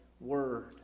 word